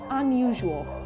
unusual